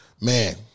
man